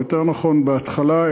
או יותר נכון בהתחלה,